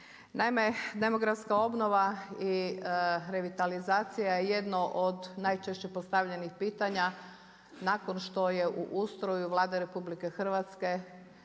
Naime, demografska obnova i revitalizacija je jedno od najčešće postavljenih pitanja nakon što je u ustroju Vlade RH imamo